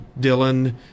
Dylan